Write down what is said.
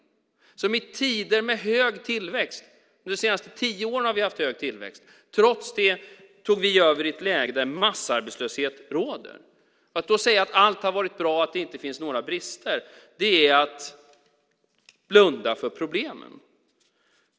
Trots tider med hög tillväxt - de senaste tio åren har vi haft hög tillväxt - tog vi över i ett läge där massarbetslöshet råder. Att då säga att allt har varit bra och att det inte finns några brister är att blunda för problemen.